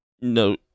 no